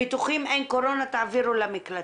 בטוחים שאין קורונה תעבירו למקלטים.